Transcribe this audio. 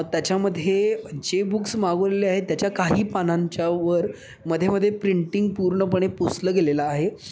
त्याच्यामध्ये जे बुक्स मागवलेले आहेत त्याच्या काही पानांच्यावर मध्ये मध्ये प्रिंटिंग पूर्णपणे पुसलं गेलेलं आहे